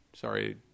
sorry